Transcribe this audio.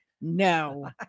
no